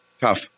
Tough